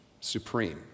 supreme